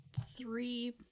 three